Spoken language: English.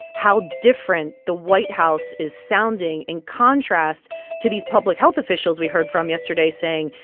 how different the white house is sounding in contrast to these public health officials we heard from yesterday, saying,